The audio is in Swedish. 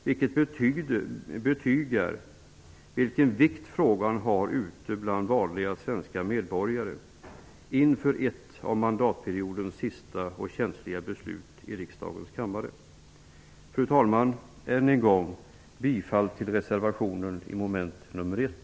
Det betygar vilken vikt ett av mandatperiodens sista känsliga beslut i riksdagens kammare har för vanliga svenska medborgare. Fru talman! Än en gång yrkar jag bifall till reservationen till mom. 1.